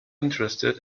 interested